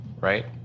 right